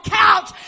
couch